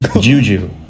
Juju